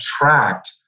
attract